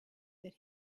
that